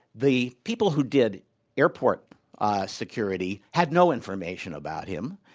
the people who did airport security had no information about him.